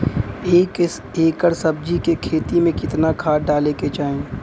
एक एकड़ सब्जी के खेती में कितना खाद डाले के चाही?